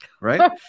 Right